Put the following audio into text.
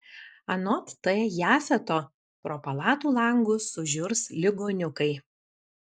anot t jafeto pro palatų langus sužiurs ligoniukai